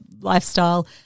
lifestyle